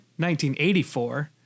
1984